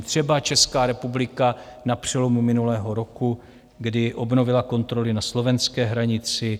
Třeba Česká republika na přelomu minulého roku, když obnovila kontroly na slovenské hranici.